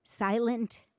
silent